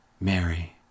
Mary